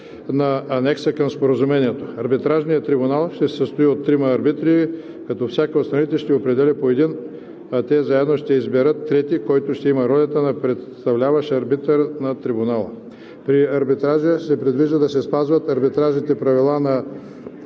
на анекса към Споразумението. Арбитражният трибунал ще се състои от трима арбитри, като всяка от страните ще определи по един, а те заедно ще изберат трети, който ще има роля на председателстващ арбитър на трибунала. При арбитража се предвижда да се спазват арбитражните правила на